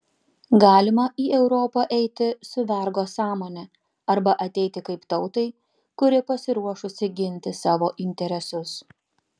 galima į europą eiti su vergo sąmone arba ateiti kaip tautai kuri pasiruošusi ginti savo interesus